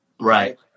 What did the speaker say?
Right